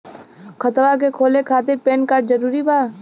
खतवा के खोले खातिर पेन कार्ड जरूरी बा?